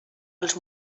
els